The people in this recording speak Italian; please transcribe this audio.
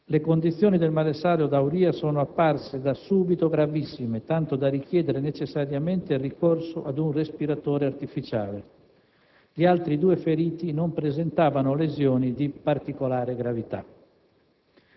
Le condizioni del maresciallo D'Auria sono apparse da subito gravissime, tanto da richiedere necessariamente il ricorso ad un respiratore artificiale. Gli altri due feriti non presentavano lesioni di particolare gravità.